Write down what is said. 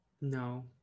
no